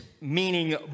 meaning